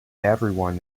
everyone